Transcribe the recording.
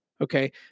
Okay